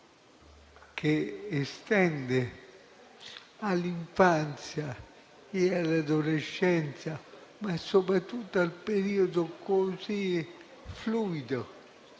che si estende all'infanzia e all'adolescenza, ma soprattutto al periodo così fluido